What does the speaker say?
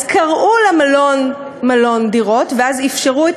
אז קראו למלון מלון דירות ואז אפשרו את